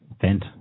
vent